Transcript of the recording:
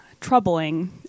troubling